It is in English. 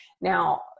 Now